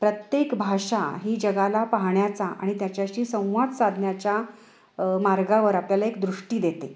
प्रत्येक भाषा ही जगाला पाहण्याचा आणि त्याच्याशी संवाद साधण्याच्या मार्गावर आपल्याला एक दृष्टी देते